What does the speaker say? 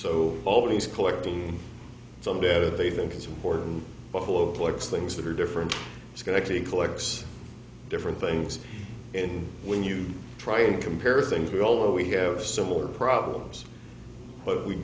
so always collecting some data they think is important buffalo plex things that are different it's going to actually collect different things and when you try and compare things we all know we have similar problems but we